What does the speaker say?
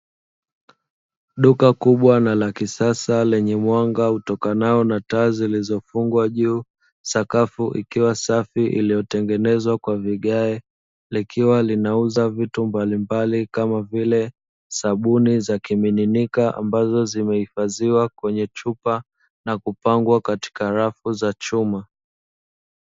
Duka kubwa na la kisasa lenye mwanga utokanao na taa zilizofungwa juu, sakafu ikiwa safi iliyotengenezwa kwa vigae; likiwa linauza vitu mbalimbali kama vile sabuni za kimiminika, ambazo zimehifadhiwa kwenye chupa na kupangwa katika rafu za chuma.